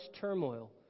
turmoil